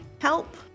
Help